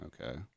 Okay